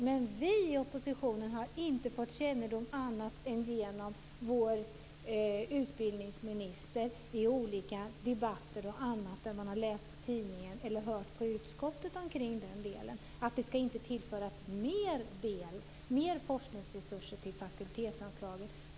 Men vi i oppositionen har inte fått kännedom om annat än vad vår utbildningsminister sagt - i debatter, i tidningar och i utskottet - nämligen att det inte ska tillföras mer forskningsresurser till fakultetsanslagen.